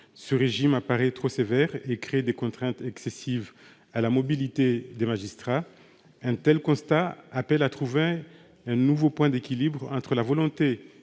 Ce régime apparaît trop sévère et crée des contraintes excessives à la mobilité des magistrats. Un tel constat appelle à trouver un nouveau point d'équilibre entre la volonté